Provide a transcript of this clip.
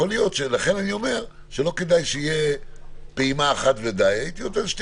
לכן אולי כדאי שלא תהיה פעימה אחת בלבד אלא שיהיו שתי